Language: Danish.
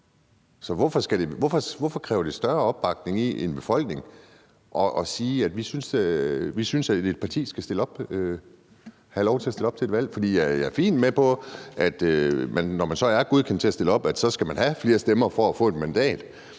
Så hvorfor kræver det større opbakning i en befolkning, hvis man synes, et parti skal have lov til at stille op til et valg? Jeg er fint med på, at man, når man så er godkendt til at stille op, skal have flere stemmer for at få et mandat,